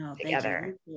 together